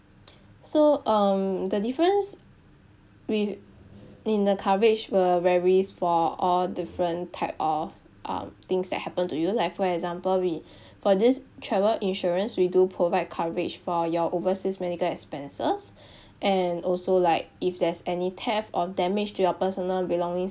so um the difference with in the coverage will varies for all different type of um things that happen to you like for example we for this travel insurance we do provide coverage for your overseas medical expenses and also like if there's any theft or damage to your personal belongings